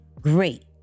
Great